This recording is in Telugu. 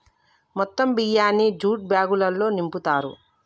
మొత్తం బియ్యాన్ని జ్యూట్ బ్యాగులల్లో నింపుతారు